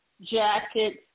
jackets